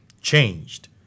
changed